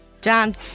John